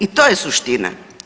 I to je suština.